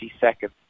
seconds